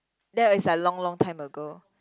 that was like long long time ago